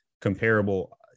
comparable